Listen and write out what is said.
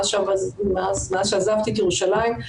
מאז שעזבתי את ירושלים,